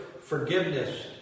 forgiveness